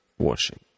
washing